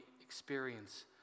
experience